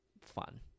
fun